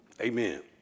Amen